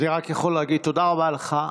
תודה רבה לך.